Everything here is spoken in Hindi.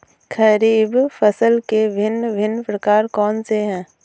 खरीब फसल के भिन भिन प्रकार कौन से हैं?